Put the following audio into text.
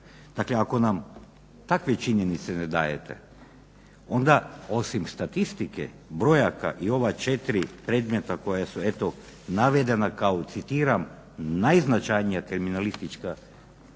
Dakle, ako nam takve činjenice ne dajete onda osim statistike, brojaka i ova četiri predmeta koja su eto navedena kao citiram najznačajnija kriminalistička